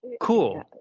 cool